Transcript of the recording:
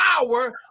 power